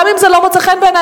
גם אם זה לא מוצא חן בעינייך.